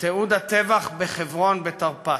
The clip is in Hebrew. תיעוד הטבח בחברון בתרפ"ט.